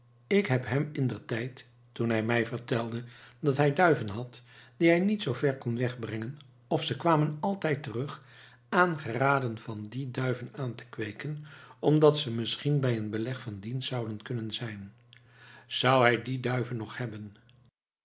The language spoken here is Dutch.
ik heb hem indertijd toen hij mij vertelde dat hij duiven had die hij niet zoo ver kon wegbrengen of ze kwamen altijd terug aangeraden van die duiven aan te kweeken omdat ze misschien bij een beleg van dienst zouden kunnen zijn zou hij die duiven nog hebben